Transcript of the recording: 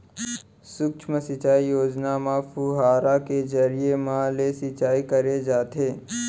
सुक्ष्म सिंचई योजना म फुहारा के जरिए म ले सिंचई करे जाथे